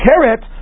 carrot